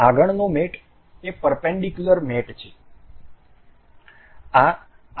આગળનો મેટ એ perpendicular mat છે